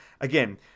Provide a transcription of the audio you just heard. Again